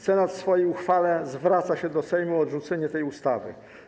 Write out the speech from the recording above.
Senat w swojej uchwale zwraca się do Sejmu o odrzucenie tej ustawy.